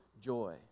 joy